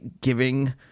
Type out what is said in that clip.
giving